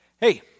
hey